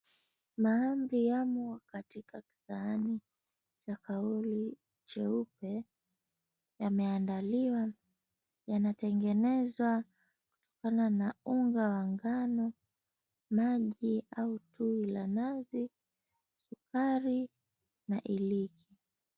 Mahamri yamo katika sahani la kauli jeupe yameandaliwa, yanatengenezwa kutokana na unga wa ngano maji au tui la nazi bakari na iliki.